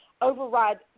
override